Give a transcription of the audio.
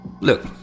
Look